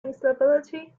instability